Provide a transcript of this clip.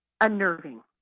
unnerving